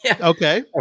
okay